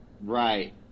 Right